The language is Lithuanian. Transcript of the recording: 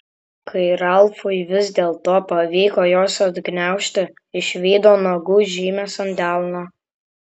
kai ralfui vis dėlto pavyko juos atgniaužti išvydo nagų žymes ant delno